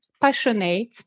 Passionate